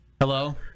Hello